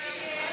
מרב מיכאלי,